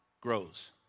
grows